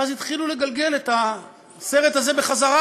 ואז התחילו לגלגל את הסרט הזה בחזרה.